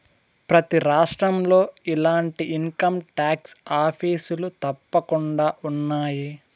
ప్రతి రాష్ట్రంలో ఇలాంటి ఇన్కంటాక్స్ ఆఫీసులు తప్పకుండా ఉన్నాయి